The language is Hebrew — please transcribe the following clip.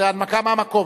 זו הנמקה מהמקום.